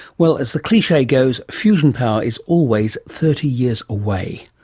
well, as the cliche goes, fusion power is always thirty years away.